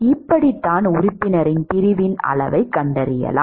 இப்படித்தான் உறுப்பினரின் பிரிவின் அளவைக் கண்டறியலாம்